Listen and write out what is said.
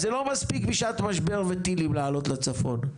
אז זה לא מספיק בשעת משבר וטילים לעלות לצפון,